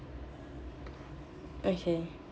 okay